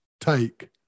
take